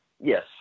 Yes